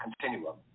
continuum